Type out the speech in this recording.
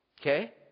Okay